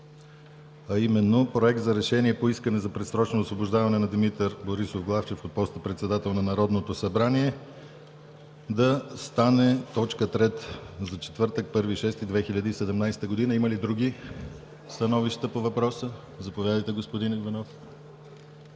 а именно: Проектът за решение по искане за предсрочно освобождаване на Димитър Борисов Главчев от поста председател на Народното събрание да стане точка трета за четвъртък, 1 юни 2017 г. Има ли други становища по въпроса? Заповядайте, господин Попов.